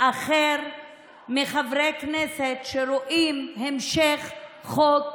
אחר מחברי כנסת שרואים המשך חוק כזה,